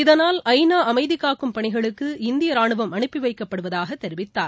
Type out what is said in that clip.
இதனால் ஐநா அமைதி காக்கும் பணிகளுக்கு இந்திய ரானுவம் அனுப்பி வைக்கப்படுவதாக தெரிவித்தார்